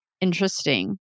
Interesting